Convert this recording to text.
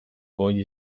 goi